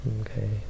Okay